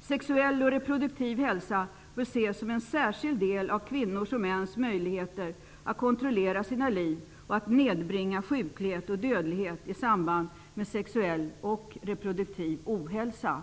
för sexuell och reproduktiv hälsa bör ses som en särskild del av kvinnors och mäns möjligheter att kontrollera sina liv och nedbringa sjukligheten och dödligheten i samband med sexuell och reproduktiv ohälsa.